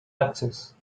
access